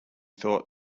thought